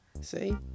See